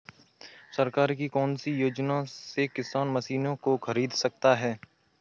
सरकार की कौन सी योजना से किसान मशीनों को खरीद सकता है?